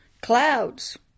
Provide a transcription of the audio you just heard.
clouds